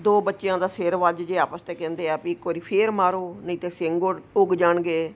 ਦੋ ਬੱਚਿਆਂ ਦਾ ਸਿਰ ਵੱਜ ਜਾਵੇ ਆਪਸ ਤਾਂ ਕਹਿੰਦੇ ਆ ਵੀ ਇੱਕ ਵਾਰੀ ਫਿਰ ਮਾਰੋ ਨਹੀਂ ਤਾਂ ਸਿੰਗ ਉੱ ਉੱਗ ਜਾਣਗੇ